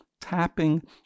tapping